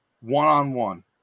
One-on-one